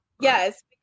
yes